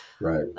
Right